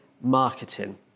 marketing